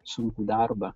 sunkų darbą